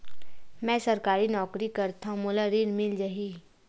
मै सरकारी नौकरी करथव मोला ऋण मिल जाही?